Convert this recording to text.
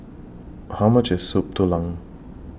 How much IS Soup Tulang